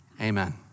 Amen